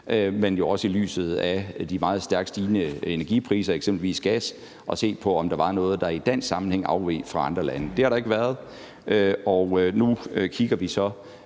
men også i lyset af de meget stærkt stigende energipriser, eksempelvis gas, at se på, om der var noget, der i dansk sammenhæng afveg fra andre lande. Det har der ikke været. Nu kigger vi så